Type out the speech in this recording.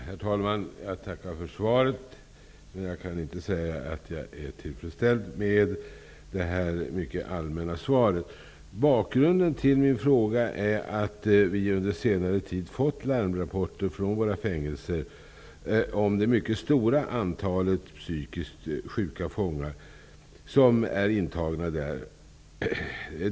Herr talman! Jag tackar för svaret. Men jag kan inte säga att jag är tillfredsställd med det här mycket allmänt hållna svaret. Bakgrunden till min fråga är att vi under senare tid har fått larmrapporter från våra fängelser om det mycket stora antalet psykiskt sjuka fångar.